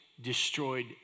destroyed